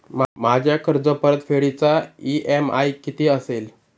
माझ्या कर्जपरतफेडीचा इ.एम.आय किती असेल?